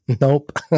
nope